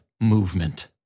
Movement